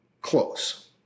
close